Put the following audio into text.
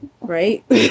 right